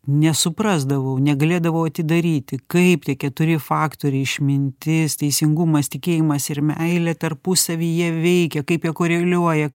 nesuprasdavau negalėdavau atidaryti kaip tie keturi faktoriai išmintis teisingumas tikėjimas ir meilė tarpusavyje veikia kaip jie koreliuoja